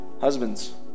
Husbands